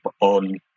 on